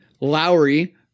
Lowry